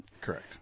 Correct